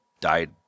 died